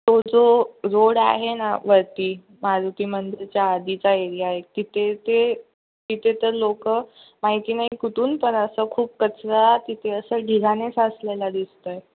तो जो रोड आहे ना वरती मारुती मंदिराच्या आधीचा एरिया आहे तिथे ते तिथे तर लोक माहिती नाही कुठून पण असं खूप कचरा तिथे असं ढिगाने साचलेला दिसतो आहे